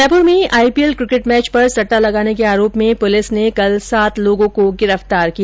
जयपुर में IPL cricket match पर सहा लगाने के आरोप में पुलिस ने कल सात लोगों को गिरफ्तार किया